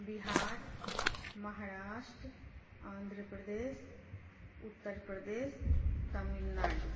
Bihar Maharashtra Andhra Pradesh Uttar Pradesh Tamil Nadu